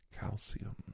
calcium